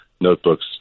notebooks